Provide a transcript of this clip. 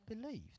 believed